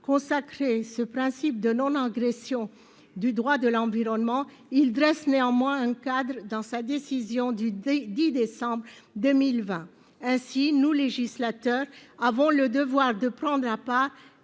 consacré ce principe de non-agression du droit de l'environnement, il a néanmoins dressé un cadre dans sa décision du 10 décembre 2020. Ainsi, en tant que législateurs, nous avons le devoir de prendre part